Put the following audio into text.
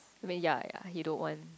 I mean ya ya he don't want